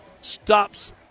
stops